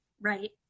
right